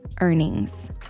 earnings